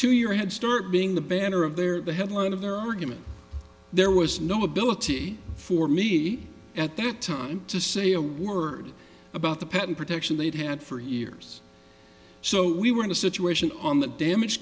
two year head start being the better of their the headline of their argument there was no ability for me at that time to say a word about the patent protection they'd had for years so we were in a situation on that damage